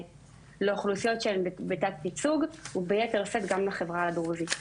לאוכלוסיות שהן בתת ייצוג וביתר שאת גם לחברה הדרוזית.